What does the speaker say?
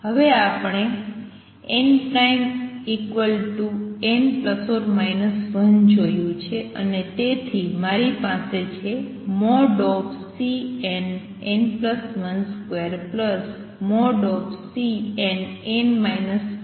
હવે આપણે nn±1 જોયું છે અને તેથી મારી પાસે છે Cnn12|Cnn 1 |2